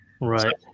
Right